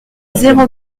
zéro